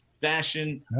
fashion